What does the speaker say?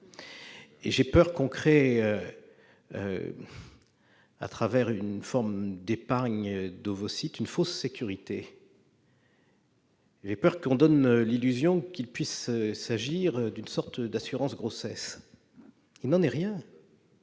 Et j'ai peur que l'on crée, à travers une forme d'épargne d'ovocytes, une fausse sécurité. J'ai peur qu'on donne l'illusion qu'est possible une sorte d'assurance grossesse. Il n'en est rien